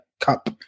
cup